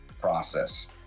process